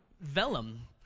vellum